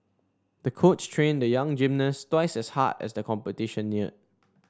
the coach trained the young gymnast twice as hard as the competition neared